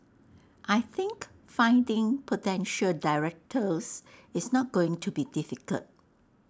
I think finding potential directors is not going to be difficult